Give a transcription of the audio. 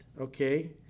okay